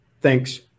Thanks